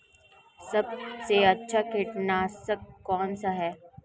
सबसे अच्छा कीटनाशक कौनसा है?